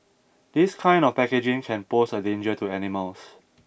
this kind of packaging can pose a danger to animals